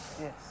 Yes